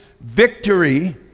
victory